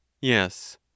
Yes